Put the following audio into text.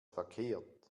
verkehrt